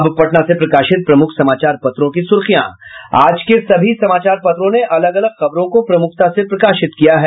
अब पटना से प्रकाशित प्रमुख समाचार पत्रों की सुर्खियां आज के सभी समाचार पत्रों ने अलग अलग खबरों को प्रमुखता से प्रकाशित किया है